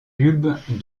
bulbe